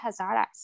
Hazaras